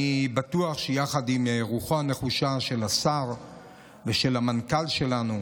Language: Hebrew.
אני בטוח שיחד עם רוחו הנחושה של השר ושל המנכ"ל שלנו